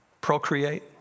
procreate